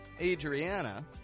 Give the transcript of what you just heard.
Adriana